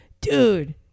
dude